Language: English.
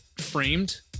framed